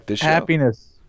happiness